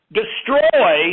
destroy